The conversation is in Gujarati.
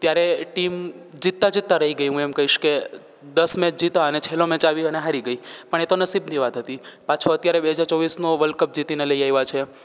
ત્યારે ટીમ જીતતા જીતતા રહી ગઈ હું એમ કહીશ કે દસ મેચ જીત્યાં અને છેલ્લો મેચ આવ્યો અને હારી ગઈ પણ એ તો નસીબની વાત હતી પાછો અત્યારે બે હજાર ચોવીસનો વર્લ્ડ કપ જીતીને લઈ આવ્યાં છે તો